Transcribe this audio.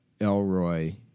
Elroy